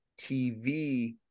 TV